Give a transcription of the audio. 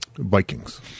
Vikings